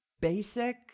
basic